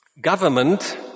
government